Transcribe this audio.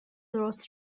درست